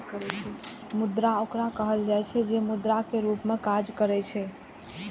मुद्रा ओकरा कहल जाइ छै, जे मुद्रा के रूप मे काज करै छै